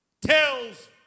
tells